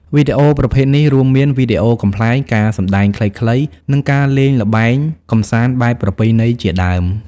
វីដេអូប្រភេទនេះរួមមាន វីដេអូកំប្លែង ការសម្តែងខ្លីៗ និងការលេងល្បែងកម្សាន្តបែបប្រពៃណីជាដើម។